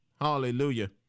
Hallelujah